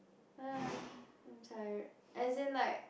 I'm tired as in like